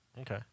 okay